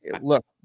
look